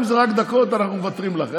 אם זה רק דקות, אנחנו מוותרים לך.